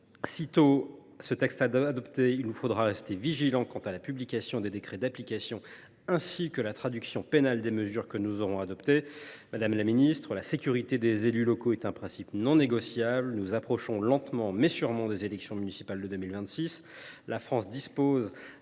Sitôt ce texte adopté, il nous faudra rester vigilants quant à la publication des décrets d’application, ainsi qu’à la traduction pénale des mesures que nous aurons adoptées. Madame la ministre, la sécurité des élus locaux est un principe non négociable. Nous approchons, lentement mais sûrement, des élections municipales de 2026.